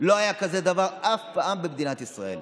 לא היה כזה דבר אף פעם במדינת ישראל.